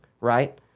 Right